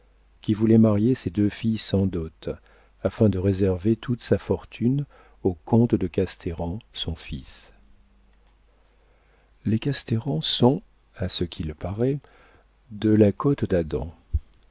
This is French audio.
qui voulait marier ses deux filles sans dot afin de réserver toute sa fortune au comte de casteran son fils les casteran sont à ce qu'il paraît de la côte d'adam